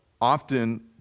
often